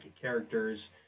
characters